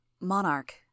Monarch